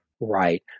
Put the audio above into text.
Right